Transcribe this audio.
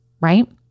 right